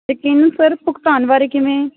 ਯਕੀਨਨ ਸਰ ਭੁਗਤਾਨ ਬਾਰੇ ਕਿਵੇਂ